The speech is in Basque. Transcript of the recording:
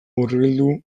murgildu